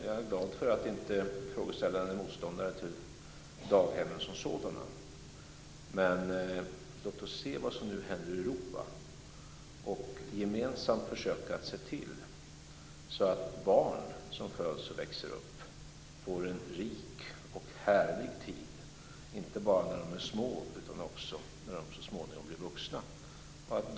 Jag är glad för att inte frågeställaren är motståndare till daghemmen som sådana. Låt oss se vad som nu händer i Europa, och gemensamt försöka se till så att barn som föds och växer upp får en rik och härlig tid, inte bara när de är små utan också när de så småningom blir vuxna.